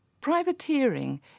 Privateering